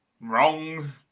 Wrong